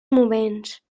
moments